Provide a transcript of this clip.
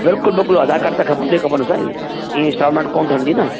बिल्कुलु बिल्कुलु आधार काड त खपंदी खपंदी साईं ईअं इंस्टॉलमेंट कोन ठहंदी न